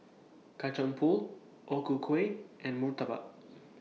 Kacang Pool O Ku Kueh and Murtabak